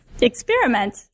experiment